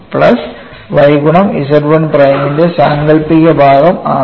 plus y ഗുണ Z 1 പ്രൈമിന്റെ സാങ്കൽപ്പിക ഭാഗം ആണ്